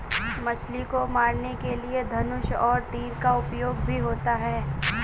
मछली को मारने के लिए धनुष और तीर का उपयोग भी होता है